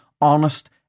honest